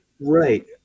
Right